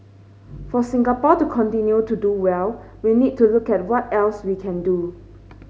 for Singapore to continue to do well we need to look at what else we can do